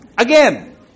Again